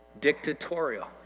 dictatorial